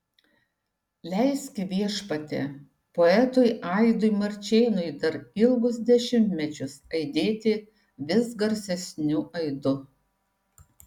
leiski viešpatie poetui aidui marčėnui dar ilgus dešimtmečius aidėti vis garsesniu aidu